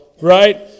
right